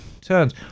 turns